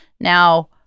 Now